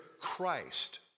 Christ